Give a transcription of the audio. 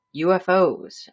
UFOs